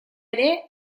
ere